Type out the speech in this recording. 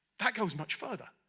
that goes much further,